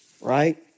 right